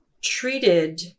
treated